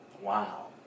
wow